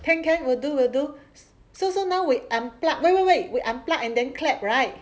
can can will do will do so so now we unplug wait wait wait we unplug and then clap right